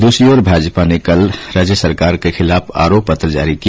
दूसरी ओर भाजपा ने कल राज्य सरकार के खिलाफ आरोप पत्र जारी किया